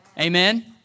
Amen